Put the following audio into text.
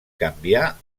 canviar